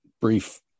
brief